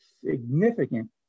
significant